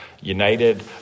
United